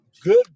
good